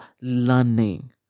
learning